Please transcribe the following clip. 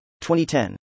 2010